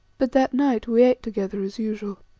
but that night we ate together as usual.